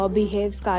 behaves